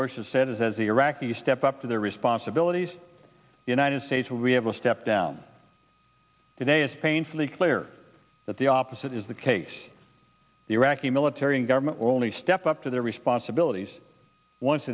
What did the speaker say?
bush has said as the iraqis step up to their responsibilities united states we have a step down today it's painfully clear that the opposite is the case the iraqi military and government will only step up to their responsibilities once